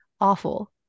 awful